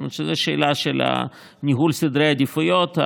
זאת אומרת, זאת שאלה של ניהול סדרי עדיפויות.